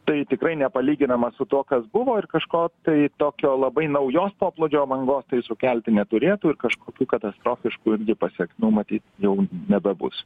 tai tikrai nepalyginama su tuo kas buvo ir kažko tai tokio labai naujos poplūdžio bangos tai sukelti neturėtų ir kažkokių katastrofiškų irgi pasekmių matyt jau nebebus